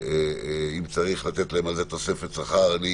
אם צריך לתת לשופטים תוספת שכר על זה,